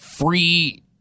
Free